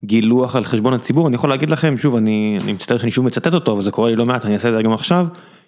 גילוח על חשבון הציבור אני יכול להגיד לכם, שוב אני מצטער שאני שוב מצטט אותו וזה קורה לי לא מעט אני עושה את זה גם עכשיו.